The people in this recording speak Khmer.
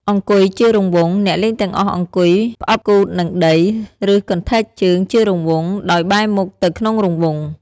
អង្គុយជារង្វង់ អ្នកលេងទាំងអស់អង្គុយផ្អឹបគូទនឹងដី ឬកន្ធែកជើង ជារង្វង់ ដោយបែរមុខទៅក្នុងរង្វង់ ។